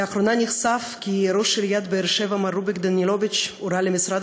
לאחרונה נחשף כי ראש עיריית באר-שבע מר רוביק דנילוביץ הורה למשרד